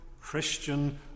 Christian